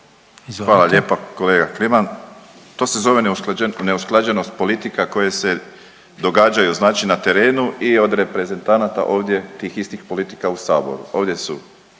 Hvala lijepa kolega Kliman. To se zove neusklađenost politika koje se događaju znači na terenu i od reprezentanata ovdje tih istih politika u Saboru.